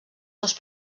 dos